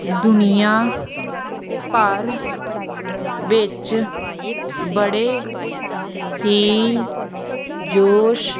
ਦੁਨੀਆ ਭਰ ਵਿੱਚ ਬੜੇ ਹੀ ਜੋਸ਼